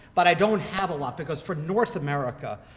but i don't have a lot because for north america,